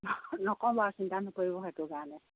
নকওঁ বাৰু সেইটো চিন্তা নকৰিব সেইটো কাৰণে